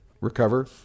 recover